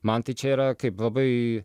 man tai čia yra kaip labai